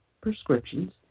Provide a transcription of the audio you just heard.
prescriptions